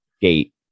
gate